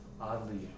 oddly